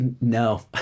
No